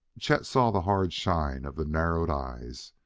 chet saw the hard shine of the narrowed eyes.